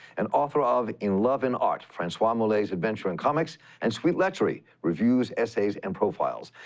and author of in love and art francoise mouly's adventures in comics and sweet lechery reviews, essays, and profiles.